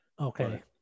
Okay